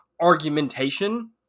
argumentation